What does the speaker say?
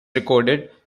recorded